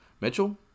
Mitchell